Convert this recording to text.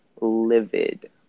livid